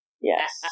Yes